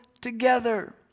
together